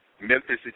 Memphis